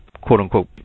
quote-unquote